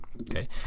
okay